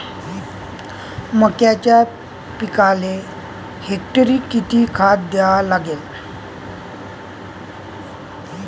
मक्याच्या पिकाले हेक्टरी किती खात द्या लागन?